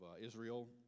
Israel